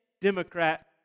Democrat